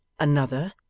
another,